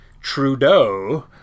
Trudeau